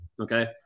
Okay